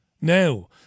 now